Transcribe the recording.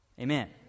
Amen